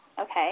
Okay